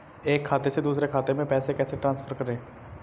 एक खाते से दूसरे खाते में पैसे कैसे ट्रांसफर करें?